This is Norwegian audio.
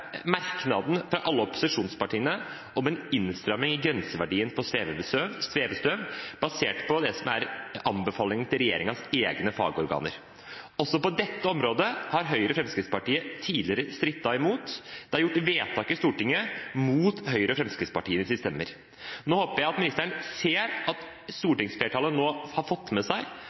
merknaden fra alle opposisjonspartiene om en innstramming i grenseverdien for svevestøv, basert på anbefalingen fra regjeringens egne fagorganer. Også på dette området har Høyre og Fremskrittspartiet tidligere strittet imot. Det er gjort vedtak i Stortinget mot Høyres og Fremskrittspartiets stemmer. Så håper jeg ministeren ser at stortingsflertallet nå har fått med seg